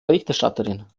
berichterstatterin